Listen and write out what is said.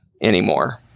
anymore